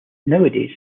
nowadays